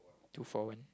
two four one